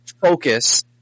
focus